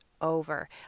over